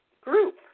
group